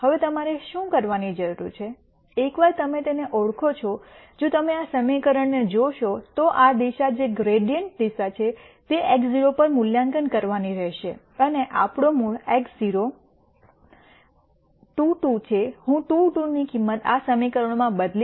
હવે તમારે શું કરવાની જરૂર છે એકવાર તમે તેને ઓળખો છો જો તમે આ સમીકરણને જોશો તો આ દિશા જે ગ્રૈડીઅન્ટ દિશા છે તે x0 પર મૂલ્યાંકન કરવાની રહેશે અને આપણો મૂળ x0 2 2 છે હું 2 2 ની કિંમત આ સમીકરણોમાં બદલીશ